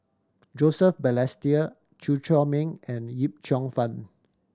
Joseph Balestier Chew Chor Meng and Yip Cheong Fun